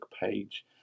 page